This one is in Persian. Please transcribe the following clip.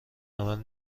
عمل